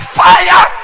fire